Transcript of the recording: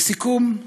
לסיכום,